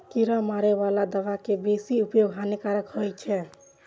कीड़ा मारै बला दवा के बेसी उपयोग हानिकारक होइ छै